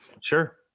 Sure